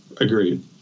agreed